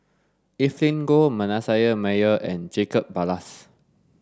Evelyn Goh Manasseh Meyer and Jacob Ballas